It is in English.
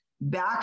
back